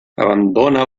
abandona